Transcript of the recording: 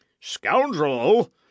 Scoundrel